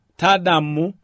tadamu